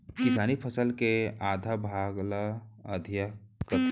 किसानी फसल के आधा भाग ल अधिया कथें